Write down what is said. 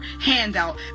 handout